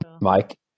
Mike